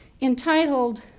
entitled